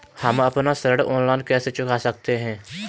हम अपना ऋण ऑनलाइन कैसे चुका सकते हैं?